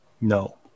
No